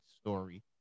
story